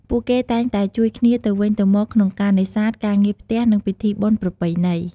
ពួកគេតែងតែជួយគ្នាទៅវិញទៅមកក្នុងការនេសាទ ការងារផ្ទះ និងពិធីបុណ្យប្រពៃណី។